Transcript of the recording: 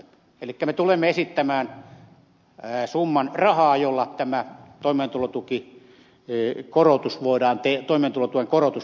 elikkä me tulemme esittämään summan rahaa jolla tämä toimeentulotuen korotus voidaan tehdä